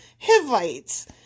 Hivites